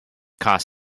cost